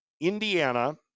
Indiana